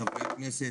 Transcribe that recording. חברי הכנסת.